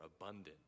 abundant